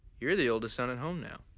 you're the oldest son at home now.